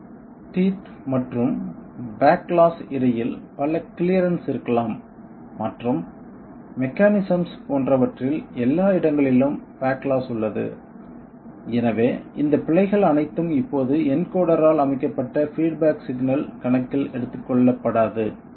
gear teeth மற்றும் backlash இடையில் பல கிளியரன்ஸ் இருக்கலாம் மற்றும் மெக்கானிசம்ஸ் போன்றவற்றில் எல்லா இடங்களிலும் பேக்லாஸ் உள்ளது எனவே இந்த பிழைகள் அனைத்தும் இப்போது என்கோடரால் அமைக்கப்பட்ட பீட் பேக் சிக்னல் கணக்கில் எடுத்துக்கொள்ளப்படாது